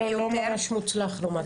קרלו לא ממש מוצלח לעומת האיירסופט.